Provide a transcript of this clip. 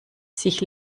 sich